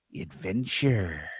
adventure